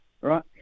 right